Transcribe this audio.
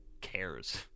cares